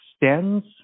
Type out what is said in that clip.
extends